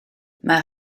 mae